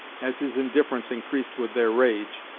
as his indifference increased with their rage,